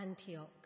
Antioch